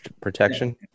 protection